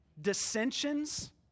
Dissensions